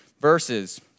verses